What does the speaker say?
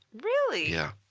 really? yeah.